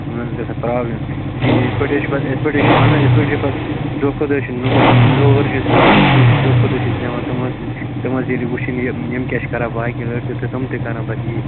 یِمن حَظ گژھان پرٛابلِم کہِ یِتھٕ پٲٹھۍ چھِ حَظ یِتھٕ پٲٹھۍ چھِ حظ اَہن حَظ یِتھٕ پٲٹھۍ چھُ پتہٕ دۄہ کھۅتہٕ دۄہ چھُ نوٚو نوٚو ؤہرۍ چھِ لۄکٕٹۍ شُرۍ چھِ دۄہ کھۄتہِ دۄہ چھِکھ پٮ۪وان تِم حَظ تِم حظ ییٚلہِ وُچھن یِم کیٛاہ چھِ کَران باقٕے لڑکہٕ تہٕ تِم تہِ کَرن پَتہٕ یۍ